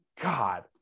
god